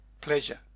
pleasure